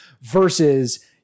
versus